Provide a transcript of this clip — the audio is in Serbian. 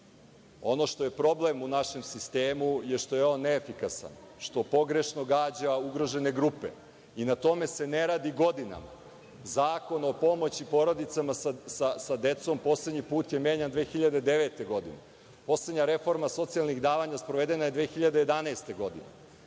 što je problem u našem sistemu je što je on neefikasan, što pogrešno gađa ugrožene grupe i na tome se ne radi godinama. Zakon o pomoći sa porodicima sa decom poslednji put je menjan 2009. godine, poslednja reforma socijalnih davanja je sprovedena je 2011. godine. Vi